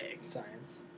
Science